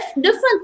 different